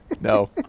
No